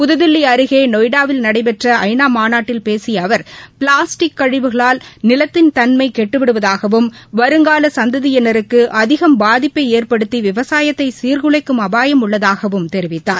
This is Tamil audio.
புதுதில்லி அருகே நொய்டாவில் நடைபெற்ற ஐநா மாநாட்டில் பேசிய அவர் பிளாஸ்டிக் கழிவுகளால் நிலத்தின் தன்மை கெட்டுவிடுவதாகவும் வருங்கால சந்ததியினருக்கு அதிகம் பாதிப்பை ஏற்படுத்தி விவசாயத்தை சீர்குலைக்கும் அபாயம் உள்ளதாவும் தெரிவித்தார்